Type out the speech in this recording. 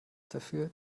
dafür